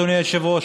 אדוני היושב-ראש,